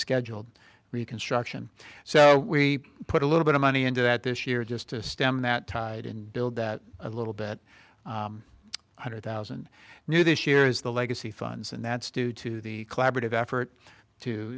scheduled reconstruction so we put a little bit of money into that this year just to stem that tide and build that a little bit hundred thousand new this year is the legacy funds and that's due to the collaborative effort to